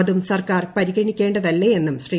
അതും സർക്കാർ പരിഗണിക്കേണ്ടതല്ലേട്ടെയ്ന്നൂട് ശ്രീ